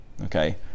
Okay